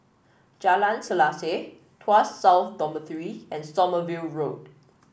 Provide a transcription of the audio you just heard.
Jalan Selaseh Tuas South Dormitory and Sommerville Road